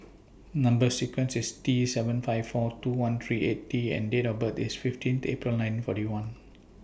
Number sequence IS T seven five four two one three eight T and Date of birth IS fifteen April nineteen forty one